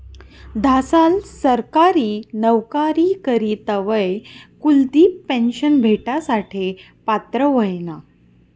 धा साल सरकारी नवकरी करी तवय कुलदिप पेन्शन भेटासाठे पात्र व्हयना